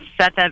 Seth